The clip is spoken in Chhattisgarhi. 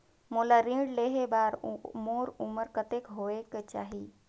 मोला ऋण लेहे बार मोर उमर कतेक होवेक चाही?